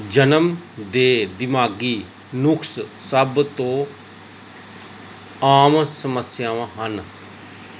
ਜਨਮ ਦੇ ਦਿਮਾਗ਼ੀ ਨੁਕਸ ਸਭ ਤੋਂ ਆਮ ਸਮੱਸਿਆਵਾਂ ਹਨ